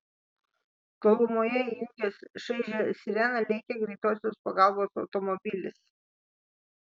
tolumoje įjungęs šaižią sireną lėkė greitosios pagalbos automobilis